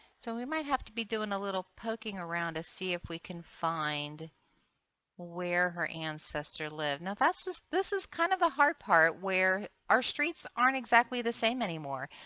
so we might have to be doing a little poking around to see if we can find where her ancestor lived. now this this is kind of a hard part where our streets aren't' exactly the same anymore.